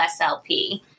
SLP